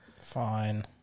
Fine